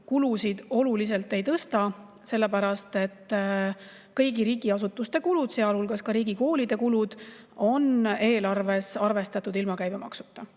tõstmine oluliselt ei tõsta, sest kõigi riigiasutuste kulud, sealhulgas riigikoolide kulud, on eelarves arvestatud ilma käibemaksuta.